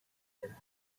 desert